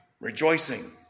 rejoicing